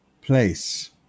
place